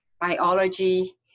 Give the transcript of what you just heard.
biology